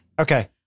Okay